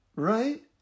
right